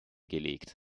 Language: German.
gelegt